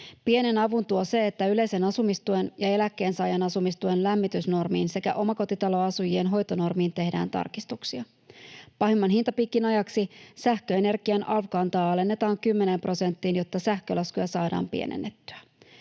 Pienen avun tuo se, että yleisen asumistuen ja eläkkeensaajan asumistuen lämmitysnormiin sekä omakotitaloasujien hoitonormiin tehdään tarkistuksia. Pahimman hintapiikin ajaksi sähköenergian alv-kantaa alennetaan kymmeneen prosenttiin, jotta sähkölaskuja saadaan pienennettyä.